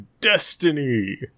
Destiny